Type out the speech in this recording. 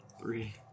Three